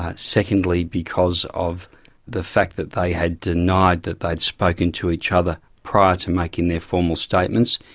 secondly, because of the fact that they had denied that they'd spoken to each other prior to making their formal statements.